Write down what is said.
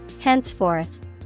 Henceforth